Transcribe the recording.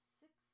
six